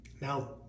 Now